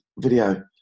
video